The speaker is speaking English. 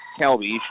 Kelby